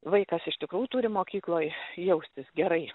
vaikas iš tikrųjų turi mokykloj jaustis gerai